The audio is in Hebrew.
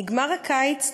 נגמר הקיץ,